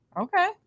okay